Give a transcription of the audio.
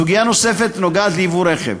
סוגיה נוספת נוגעת לייבוא רכב: